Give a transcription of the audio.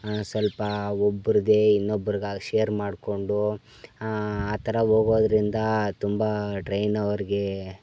ಸ್ವಲ್ಪ ಒಬ್ರುದೇ ಇನ್ನೊಬ್ರಿಗೆ ಶೇರ್ ಮಾಡಿಕೊಂಡು ಆ ಥರ ಹೋಗೋದ್ರಿಂದ ತುಂಬ ಟ್ರೈನವ್ರಿಗೆ